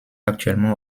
actuellement